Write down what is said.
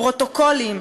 פרוטוקולים,